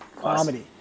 comedy